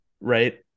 right